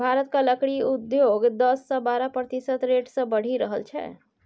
भारतक लकड़ी उद्योग दस सँ बारह प्रतिशत रेट सँ बढ़ि रहल छै